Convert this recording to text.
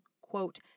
quote